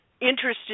interested